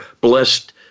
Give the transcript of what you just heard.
blessed